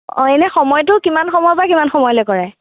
অঁ এনেই সময়টো কিমান সময়ৰ পৰা কিমান সময়লৈ কৰে